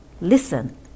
Listen